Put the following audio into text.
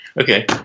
Okay